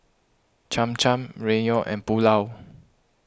Cham Cham Ramyeon and Pulao